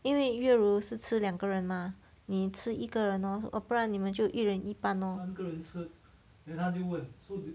因为月如是吃两个人 mah 你吃一个人 lor or 不然你们就一人一半 lor